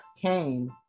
came